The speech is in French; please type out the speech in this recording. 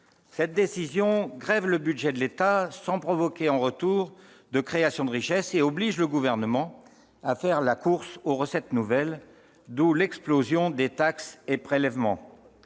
Cette décision grève le budget de l'État sans provoquer en retour de création de richesses. Elle oblige le Gouvernement à faire la course aux recettes nouvelles, d'où l'explosion des taxes et prélèvements.